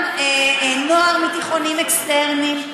גם נוער מתיכונים אקסטרניים,